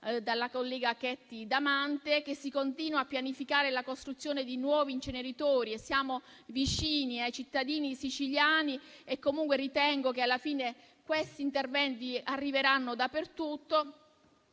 dalla collega Damante, ossia che si continua a pianificare la costruzione di nuovi inceneritori. Siamo vicini ai cittadini siciliani e comunque ritengo che alla fine questi interventi arriveranno dappertutto.